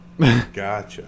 Gotcha